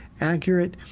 accurate